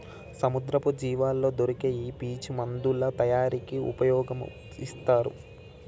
సముద్రపు జీవుల్లో దొరికే ఈ పీచు మందుల తయారీకి ఉపయొగితారు